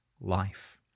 life